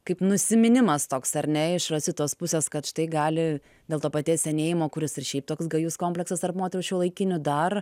kaip nusiminimas toks ar ne iš rositos pusės kad štai gali dėl to paties senėjimo kuris ir šiaip toks gajus komplektas tarp moterų šiuolaikinių dar